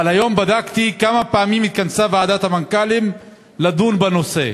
אבל היום בדקתי כמה פעמים התכנסה ועדת המנכ"לים לדון בנושא.